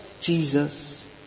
Jesus